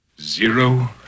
Zero